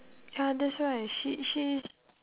ya that's why she she is